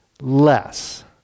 less